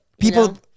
people